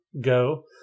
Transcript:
go